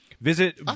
Visit